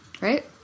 right